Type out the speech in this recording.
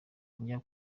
njya